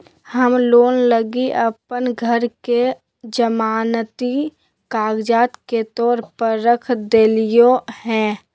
हम लोन लगी अप्पन घर के जमानती कागजात के तौर पर रख देलिओ हें